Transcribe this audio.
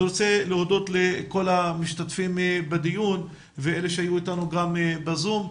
אני רוצה להודות לכל המשתתפים בדיון ולאלה שהיו איתנו גם בזום.